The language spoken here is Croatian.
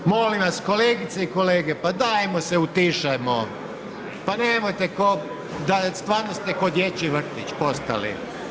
Molim vas kolegice i kolege, pa dajmo se utišajmo, pa nemojte da, stvarno ste ko dječji vrtić postali.